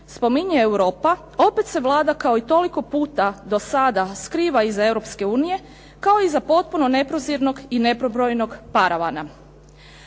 spominje Europa. Opet se Vlada, kao i toliko puta do sada, skriva iza Europske unije, kao iza potpuno neprozirnog i neprobojnog paravana.